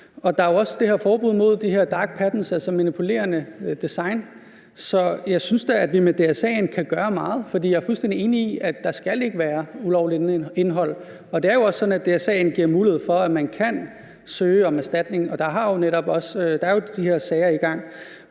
og der er jo også det her forbud imod de her dark patterns, altså så manipulerende design. Så jeg synes da, at vi med DSA'en kan gøre meget, for jeg er fuldstændig enig i, at der ikke skal være ulovligt indhold. Det er jo også sådan, at DSA'en giver mulighed for, at man kan søge om erstatning, og der er jo de her sager i gang.